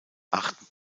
achten